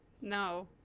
No